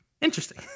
interesting